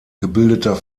gebildeter